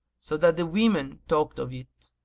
so that the women talked of it.